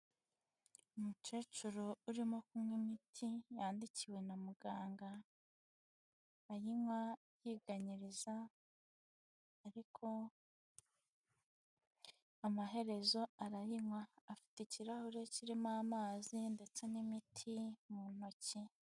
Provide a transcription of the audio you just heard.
Umukecuru urimo kunywa imiti yandikiwe na muganga, ayinywa yiganyiriza ariko amaherezo arayinywa, afite ikirahure kirimo amazi ndetse n'imiti mu ntoki.